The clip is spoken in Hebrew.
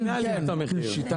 לפני עליית המחירים.